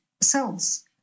cells